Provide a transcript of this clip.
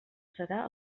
serà